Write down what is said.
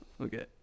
Okay